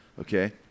okay